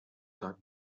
tak